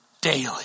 daily